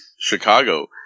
Chicago